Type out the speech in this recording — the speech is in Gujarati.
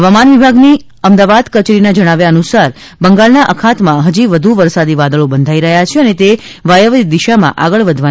હવામાન વિભાગની અમદાવાદ કચેરીના જણાવ્યા અનુસાર બંગાળના અખાતમાં હજી વધુ વરસાદી વાદળો બંધાઈ રહ્યાં છે અને તે વાયવ્ય દિશામાં આગળ વધવાની શક્યતા છે